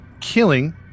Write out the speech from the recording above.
killing